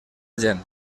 gent